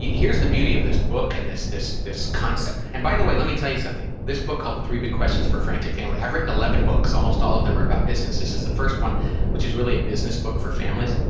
here's the beauty of this book, and this this concept. and by the way, let me tell you something. this book called the three big questions for frantic families, i've written eleven books. almost all of them are about business. this is the first one which is really a business book for families.